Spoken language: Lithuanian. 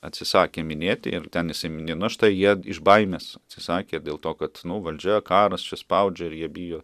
atsisakė minėti ir ten jisai mini nu štai jie iš baimės atsisakė ir dėl to kad valdžia karas čia spaudžia ir jie bijo